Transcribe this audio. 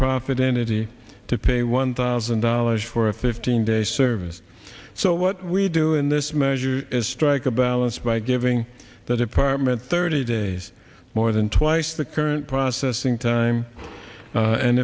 nonprofit entity to pay one thousand dollars for a fifteen day service so what we do in this measure is strike a balance by giving the department thirty days more than twice the current processing time